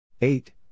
Eight